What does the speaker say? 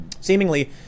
Seemingly